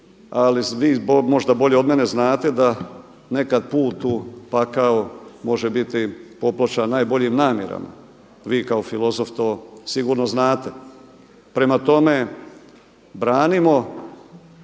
ali vi možda bolje od mene znate da nekada put u pakao može biti popločen najboljim namjerama. Vi kao filozof to sigurno znate. Prema tome branimo